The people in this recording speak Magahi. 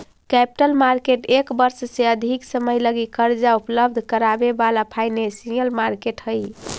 कैपिटल मार्केट एक वर्ष से अधिक समय लगी कर्जा उपलब्ध करावे वाला फाइनेंशियल मार्केट हई